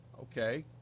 Okay